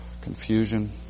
confusion